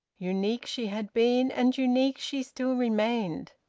unique she had been, and unique she still remained.